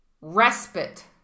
respite